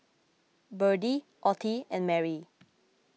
Berdie Ottie and Merry